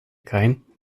kein